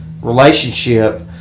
relationship